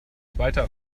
zweiter